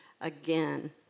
again